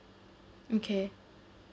mm K